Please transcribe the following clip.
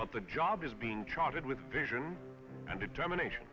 but the job is being charted with vision and determination